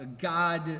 God